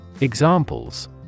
Examples